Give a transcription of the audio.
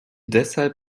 deshalb